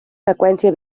freqüència